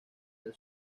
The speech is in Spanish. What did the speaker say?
del